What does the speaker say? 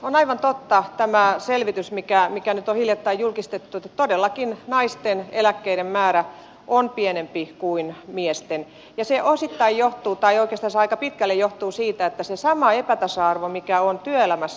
on aivan totta tämä selvitys mikä nyt on hiljattain julkistettu että todellakin naisten eläkkeiden määrä on pienempi kuin miesten ja se osittain johtuu tai oikeastansa aika pitkälle johtuu siitä samasta epätasa arvosta mikä on työelämässä